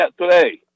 today